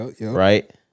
right